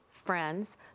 friends